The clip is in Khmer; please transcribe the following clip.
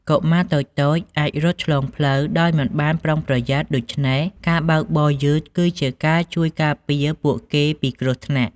កុមារតូចៗអាចរត់ឆ្លងផ្លូវដោយមិនបានប្រុងប្រយ័ត្នដូច្នេះការបើកបរយឺតគឺជាការជួយការពារពួកគេពីគ្រោះថ្នាក់។